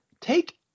take